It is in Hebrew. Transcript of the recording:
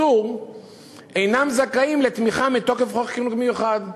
פטור אינם זכאים לתמיכה מתוקף חוק חינוך מיוחד.